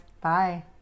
Bye